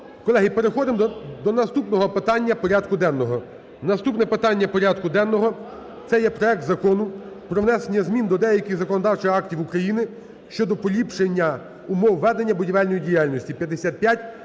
Колеги, переходимо до наступного питання порядку денного. Наступне питання порядку денного – це є проект Закону про внесення змін до деяких законодавчих актів України щодо поліпшення умов ведення будівельної діяльності (5587).